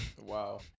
wow